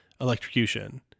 electrocution